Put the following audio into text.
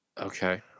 Okay